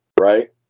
right